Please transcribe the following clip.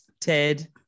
Ted